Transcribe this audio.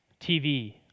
TV